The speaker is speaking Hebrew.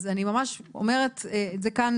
אז אני אומרת את זה כאן,